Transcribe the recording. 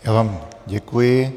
Já vám děkuji.